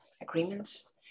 agreements